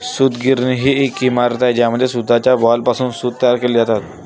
सूतगिरणी ही एक इमारत आहे ज्यामध्ये सूताच्या बॉलपासून सूत तयार केले जाते